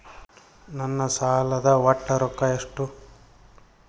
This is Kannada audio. ನನ್ನ ಸಾಲದ ಒಟ್ಟ ರೊಕ್ಕ ಎಷ್ಟು?